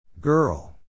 Girl